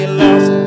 lost